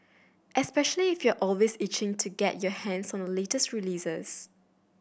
especially if you're always itching to get your hands on the latest releases